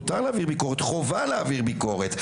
מותר וחובה להעביר ביקורת,